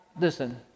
listen